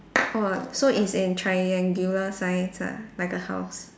oh so it's in triangular signs ah like a house